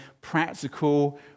practical